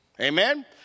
Amen